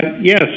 Yes